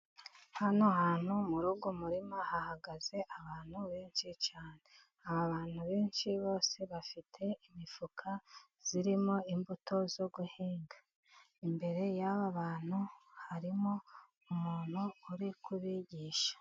Hano hantu muri uyu murima hahagaze abantu benshi cyane, abantu benshi bose bafite imifuka irimo imbuto zo guhinga, imbere y'abantu harimo umuntu uri kubigisha.